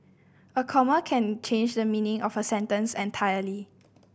a comma can change the meaning of a sentence entirely